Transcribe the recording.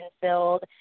filled